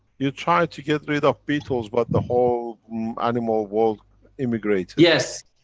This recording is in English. you tried to get rid of beetles but the whole animal world emigrated. yes.